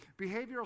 Behavioral